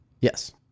Yes